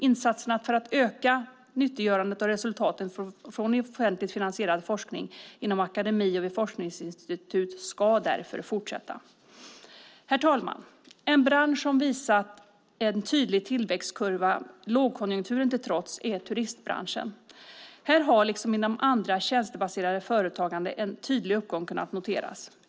Insatserna för att öka nyttiggörandet av resultaten från offentligt finansierad forskning inom akademi och vid forskningsinstitut ska därför fortsätta. Herr talman! En bransch som visat en tydlig tillväxtkurva, lågkonjunkturen till trots, är turistbranschen. Här har liksom inom annat tjänstebaserat företagande en tydlig uppgång kunnat noterats.